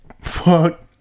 fuck